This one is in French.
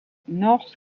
north